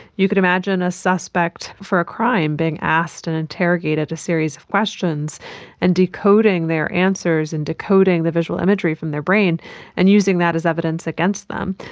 you could imagine a suspect for a crime being asked and interrogated a series of questions and decoding their answers and decoding the visual imagery from their brain and using that as evidence against them.